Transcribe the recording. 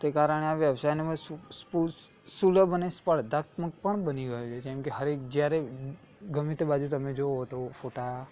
તે કારણે આ વ્યવસાયને મેં સુલભ અને સ્પર્ધત્મક પણ બની ગયો છે જેમ કે હરેક જ્યારે ગમે તે બાજુ જુઓ તો ફોટા